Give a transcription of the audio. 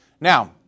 Now